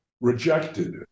rejected